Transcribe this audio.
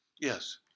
Yes